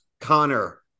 Connor